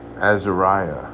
Azariah